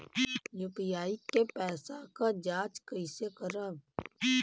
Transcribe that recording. UPI के पैसा क जांच कइसे करब?